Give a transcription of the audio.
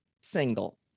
single